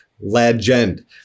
legend